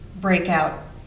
breakout